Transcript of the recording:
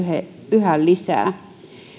yhä lisää